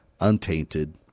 untainted